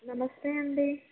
నమస్తే అండి